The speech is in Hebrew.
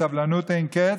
בסבלנות אין-קץ,